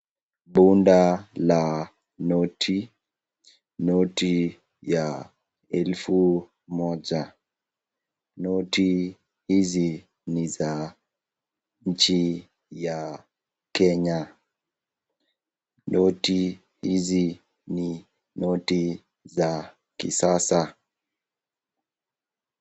Bunda la noti, noti ya elfu moja. Noti hizi ni za nchi ya Kenya. Noti hizi ni noti za kisasa.